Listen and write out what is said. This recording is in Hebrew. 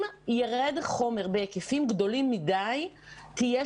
אם ירד חומר בהיקפים גדולים מדי תהיה